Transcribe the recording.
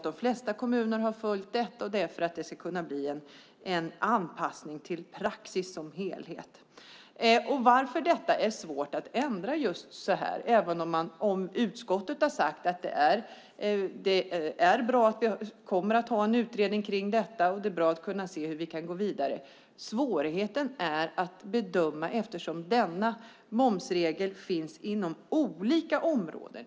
De flesta kommuner har följt detta för att det ska bli en anpassning till praxis. Utskottet har sagt att det är bra att vi kommer att ha en utredning om detta. Det är bra att kunna se hur vi kan gå vidare. Det är svårt att bedöma detta eftersom denna momsregel finns inom olika områden.